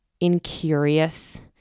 incurious